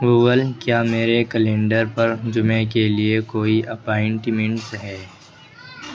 Google کیا میرے calendar پر جمعہ کے لیے کوئی اپائینٹمنٹس ہیں